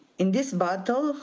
in this battle,